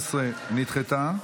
11 נדחתה.